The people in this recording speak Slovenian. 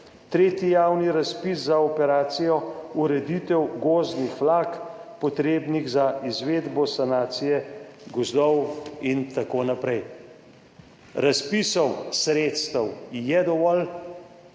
3. javni razpis za operacijo ureditev gozdnih vlak potrebnih za izvedbo sanacije gozdov in tako naprej. Razpisov, sredstev je dovolj,